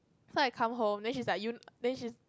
so I come home then she like you then she's